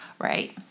Right